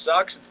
sucks